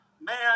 man